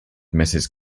mrs